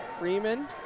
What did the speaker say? Freeman